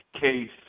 case